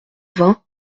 vingt